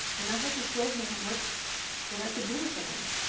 and i had to show him what what i could do with the money.